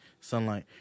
sunlight